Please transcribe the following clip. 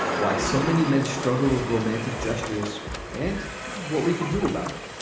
why so many men struggle with romantic gestures and what we could do about it